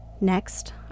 Next